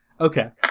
Okay